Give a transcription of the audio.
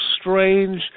strange